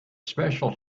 special